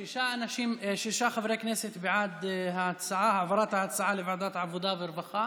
אז שישה חברי כנסת בעד העברת ההצעה לוועדת העבודה והרווחה,